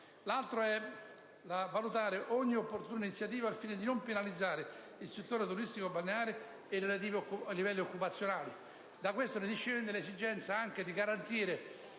Governo «a valutare ogni più opportuna iniziativa al fine di non penalizzare il settore turistico-balneare e relativi livelli occupazionali». Da ciò discende l'esigenza di garantire